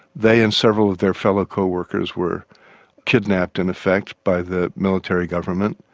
they and several of their fellow co-workers were kidnapped in effect by the military government,